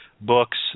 books